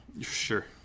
Sure